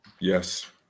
Yes